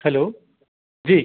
hello जी